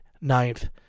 ninth